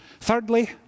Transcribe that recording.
Thirdly